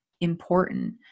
important